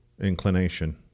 inclination